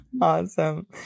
Awesome